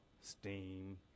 steam